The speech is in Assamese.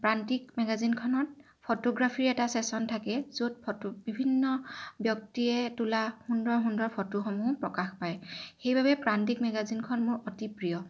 প্ৰান্তিক মেগাজিনখনত ফটো'গ্ৰাফিৰ এটা ছেছন থাকে য'ত ফটো বিভিন্ন ব্যক্তিয়ে তোলা সুন্দৰ সুন্দৰ ফটোসমূহো প্ৰকাশ পায় সেইবাবে প্ৰান্তিক মেগাজিনখন মোৰ অতি প্ৰিয়